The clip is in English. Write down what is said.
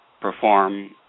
perform